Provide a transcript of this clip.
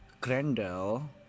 Grendel